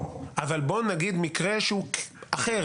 אבל בוא נגיד מקרה שהוא אחר,